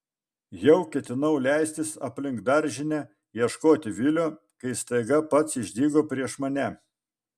jau ketinau leistis aplink daržinę ieškoti vilio kai staiga pats išdygo prieš mane